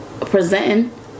presenting